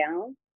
down